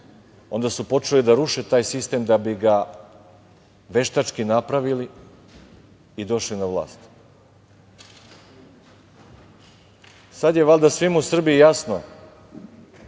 onda su počeli da ruše taj sistem da bi ga veštački napravili i došli na vlast. Sad je valjda svima u Srbiji jasno